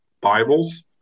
Bibles